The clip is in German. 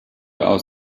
aus